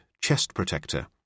chest-protector